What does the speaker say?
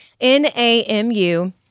N-A-M-U